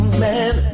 man